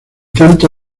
tanto